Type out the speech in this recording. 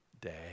day